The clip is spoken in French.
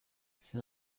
c’est